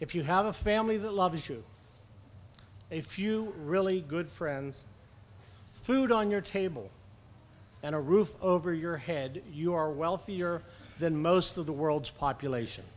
if you have a family that loves to a few really good friends food on your table and a roof over your head you are wealthier than most of the world's population